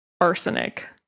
arsenic